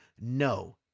No